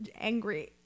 angry